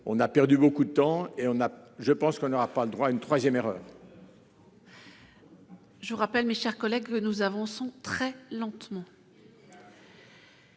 a perdu beaucoup de temps et on a, je pense qu'on aura pas le droit à une 3ème erreur. Je vous rappelle, mes chers collègues, veut nous avançons très lentement.